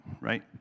right